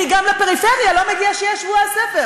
כי גם לפריפריה לא מגיע שיהיה שבוע הספר,